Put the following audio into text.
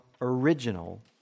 original